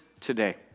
today